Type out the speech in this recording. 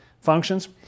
functions